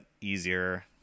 easier